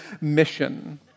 mission